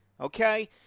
okay